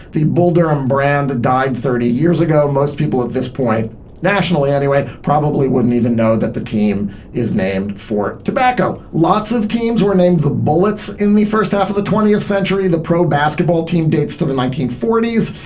the bull durham brand died thirty years ago. most people at this point nationally anyway, probably wouldn't even know that the team is named for tobacco. lots of teams were named the bullets in the first half of the twentieth century. the pro basketball team dates to the nineteen forty s,